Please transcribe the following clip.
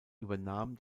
übernahm